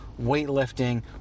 weightlifting